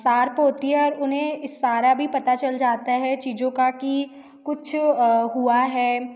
sharp होती हैं और उन्हें इशारा भी पता चल जाता है चीज़ों का कि कुछ हुआ है